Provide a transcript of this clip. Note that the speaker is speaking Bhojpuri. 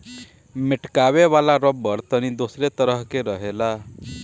मेटकावे वाला रबड़ तनी दोसरे तरह के रहेला